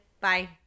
Bye